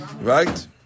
Right